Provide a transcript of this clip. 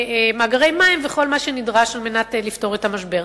מאגרי מים, וכל מה שנדרש על מנת לפתור את המשבר.